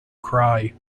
cry